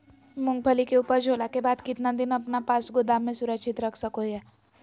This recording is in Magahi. मूंगफली के ऊपज होला के बाद कितना दिन अपना पास गोदाम में सुरक्षित रख सको हीयय?